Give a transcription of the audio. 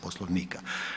Poslovnika.